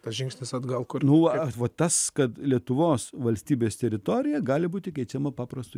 tas žingsnis atgal kur norą kvotas kad lietuvos valstybės teritorija gali būti keičiama paprastu